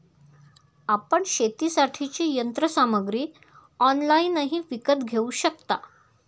आपण शेतीसाठीची यंत्रसामग्री ऑनलाइनही विकत घेऊ शकता